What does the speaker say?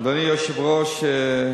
אדוני היושב-ראש,